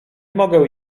mogę